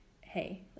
hey